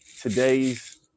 today's